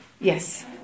yes